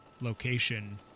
location